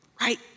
Right